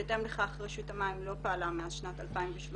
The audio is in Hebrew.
בהתאם לכך רשות המים לא פעלה מאז שנת 2013